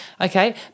Okay